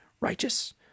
righteous